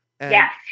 yes